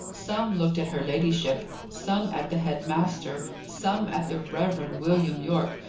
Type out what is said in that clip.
some looked at her ladyship some at the head-master some at the reverend william yorke,